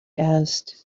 asked